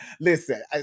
Listen